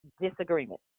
Disagreement